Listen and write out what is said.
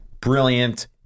brilliant